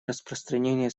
распространения